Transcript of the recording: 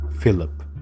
Philip